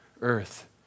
earth